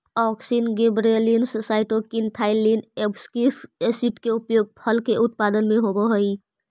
auxin, gibberellins, cytokinin, ethylene, abscisic acid के उपयोग फल के उत्पादन में होवऽ हई